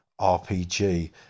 RPG